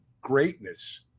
greatness